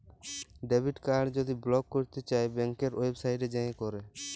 debit card যদি block ক্যইরতে চাই ব্যাংকের ওয়েবসাইটে যাঁয়ে ক্যরে